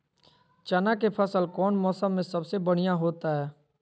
चना के फसल कौन मौसम में सबसे बढ़िया होतय?